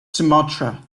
sumatra